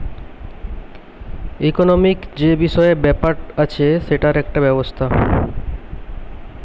economic যে বিষয় ব্যাপার আছে সেটার একটা ব্যবস্থা